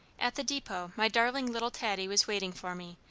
at the depot my darling little taddie was waiting for me,